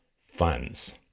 funds